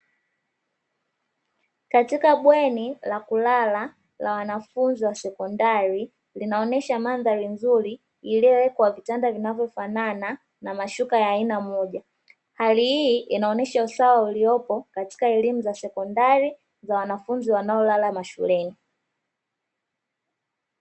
Katika bweni la kulala la wanafunzi wa sekondari, linaonesha mandhari nzuri iliyowekwa vitanda vinavyofanana na mashuka ya aina moja, hali hii inaonesha usawa uliopo katika elimu za sekondari za wanafunzi wanaolala mashuleni.